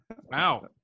Wow